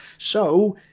so,